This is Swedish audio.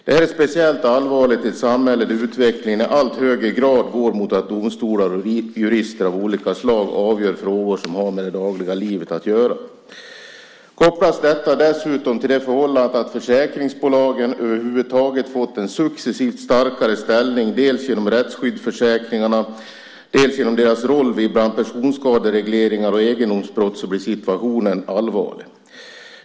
Det är speciellt allvarligt i ett samhälle där utvecklingen i allt högre grad går mot att domstolar och jurister av olika slag avgör frågor som har med det dagliga livet att göra. Kopplas detta dessutom till det förhållandet att försäkringsbolagen över huvud taget fått en successivt starkare ställning, dels genom rättsskyddsförsäkringarna, dels genom sin roll vid bland annat personskaderegleringar och egendomsbrott, blir situationen mycket allvarlig.